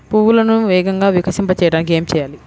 పువ్వులను వేగంగా వికసింపచేయటానికి ఏమి చేయాలి?